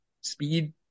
Speed